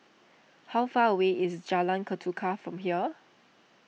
how far away is Jalan Ketuka from here